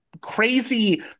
crazy